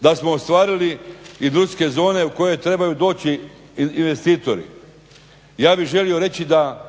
da smo ostvarili i … zone u koje trebaju doći investitori. Ja bih želio reći